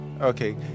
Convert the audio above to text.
Okay